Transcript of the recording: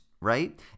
right